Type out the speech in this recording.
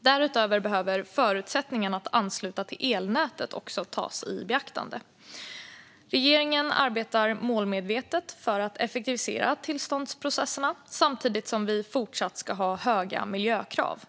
Därutöver behöver förutsättningarna att ansluta till elnätet tas i beaktande. Regeringen arbetar målmedvetet för att effektivisera tillståndsprocesserna samtidigt som vi fortsatt ska ha höga miljökrav.